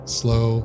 slow